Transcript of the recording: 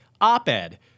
op-ed